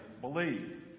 believe